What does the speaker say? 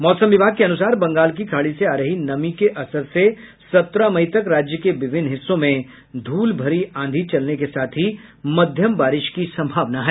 मौसम विभाग के अनुसार बंगाल की खाड़ी से आ रही नमी के असर से सत्रह मई तक राज्य के विभिन्न हिस्सों में धूल भरी आंधी चलने के साथ ही मध्यम बारिश की संभावना है